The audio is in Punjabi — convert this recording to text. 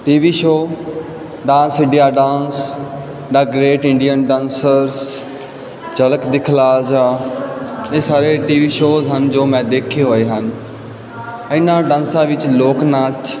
T V show dance India dance ਦਾ ਗਰੇਟ ਇੰਡੀਅਨ ਡਾਂਸਰਜ਼ ਝਲਕ ਦਿਖਲਾ ਜਾ ਇਹ ਸਾਰੇ ਟੀਵੀ ਸ਼ੋਜ਼ ਹਨ ਜੋ ਮੈਂ ਦੇਖੇ ਹੋਏ ਹਨ ਇਹਨਾਂ ਡਾਂਸਾ ਵਿੱਚ ਲੋਕ ਨਾਚ